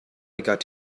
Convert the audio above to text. got